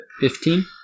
Fifteen